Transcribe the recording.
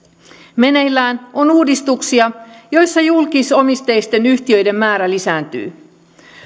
meneillään on uudistuksia joissa julkisomisteisten yhtiöiden määrä lisääntyy